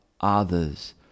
others